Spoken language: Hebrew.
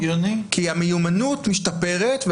כי המיומנות משתפרת.